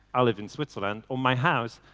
i live in switzerland. on my house,